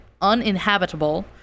uninhabitable